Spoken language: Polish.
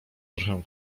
trochę